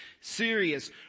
serious